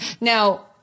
Now